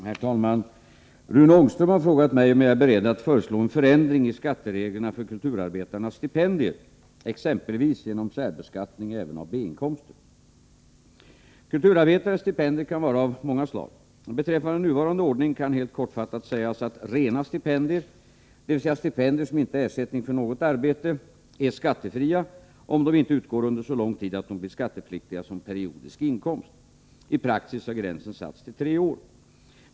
Herr talman! Rune Ångström har frågat mig om jag är beredd att föreslå en förändring i skattereglerna för kulturarbetarnas stipendier, exempelvis genom särbeskattning även av B-inkomster. Kulturarbetares stipendier kan vara av många slag. Beträffande nuvarande ordning kan helt kortfattat sägas att rena stipendier, dvs. stipendier som inte är ersättning för något arbete, är skattefria om de inte utgår under så lång tid att de blir skattepliktiga som periodisk inkomst. I praxis har gränsen satts till tre år.